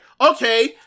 okay